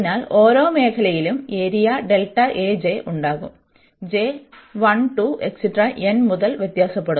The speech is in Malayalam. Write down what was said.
അതിനാൽ ഓരോ ഉപമേഖലയിലും ഏരിയ ഉണ്ടാകും മുതൽ വ്യത്യാസപ്പെടുന്നു